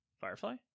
Firefly